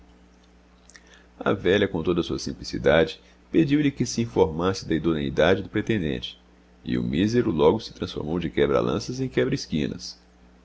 a velha com toda a sua simplicidade pediu-lhe que se informasse da idoneidade do pretendente e o mísero logo se transformou de quebra lanças em quebra esquinas